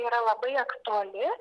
yra labai aktuali